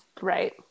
right